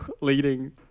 leading